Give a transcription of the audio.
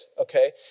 okay